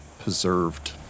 preserved